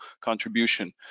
contribution